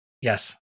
yes